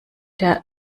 der